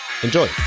Enjoy